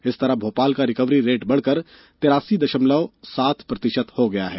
इस तरह भोपाल का रिकवरी रेट बढ़कर तिरासी दशमलव सात प्रतिशत हो गया है